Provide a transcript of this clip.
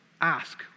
ask